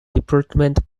department